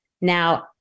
Now